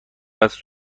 است